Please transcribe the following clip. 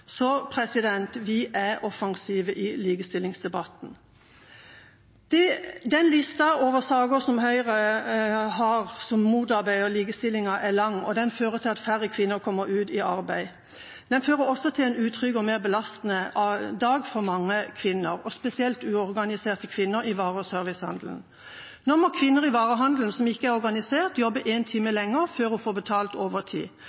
Så vi er offensive i likestillingsdebatten. Den lista over saker som Høyre har, og som motarbeider likestillingen, er lang. Den fører til at færre kvinner kommer ut i arbeid. Den fører også til en utrygg og mer belastende dag for mange kvinner, spesielt uorganiserte kvinner i vare- og servicehandelen. Nå må kvinner i varehandelen som ikke er organisert, jobbe én time